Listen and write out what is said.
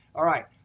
all right,